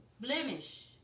Blemish